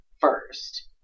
first